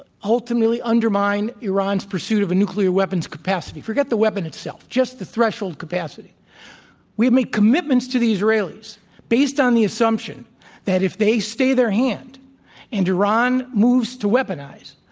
ultimately undermine iran's pursuit of a nuclear weapons capacity forget the weapon itself, just the threshold capacity we've make commitments to the israelis based on the assumption that if they stay their hand and iran moves to weaponize,